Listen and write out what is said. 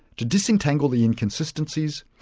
to disentangle the inconsistencies,